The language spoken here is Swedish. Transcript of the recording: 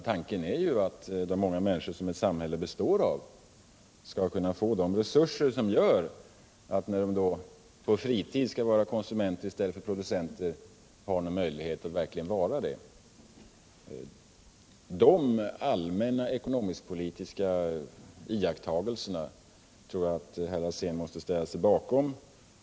Tanken är ju att de många människor som ett samhälle består av skall kunna få de resurser som gör att de, när de på fritiden skall vara konsumenter i stället för producenter, har någon möjlighet att verkligen vara det. De allmänna ekonomisk-politiska iakttagelserna tror jag att herr Alsén måste ställa sig bakom.